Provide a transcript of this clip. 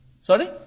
Sorry